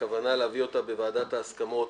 והכוונה להביא אותה בוועדת ההסכמות,